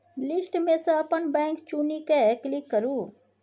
list मे सँ अपन बैंक चुनि कए क्लिक करु